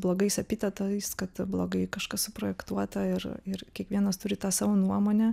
blogais epitetais kad blogai kažkas suprojektuota ir ir kiekvienas turi tą savo nuomonę